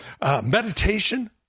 meditation